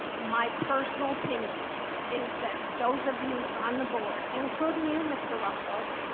my personal opinion is that those of you on the board, including you mr. russell,